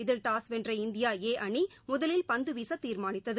இதில் டாஸ் வென்ற India A அணி முதலில் பந்துவீச தீர்மானித்தது